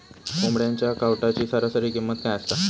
कोंबड्यांच्या कावटाची सरासरी किंमत काय असा?